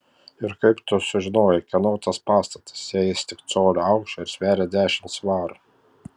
ir kaip tu sužinojai kieno tas pastatas jei jis tik colio aukščio ir sveria dešimt svarų